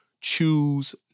choose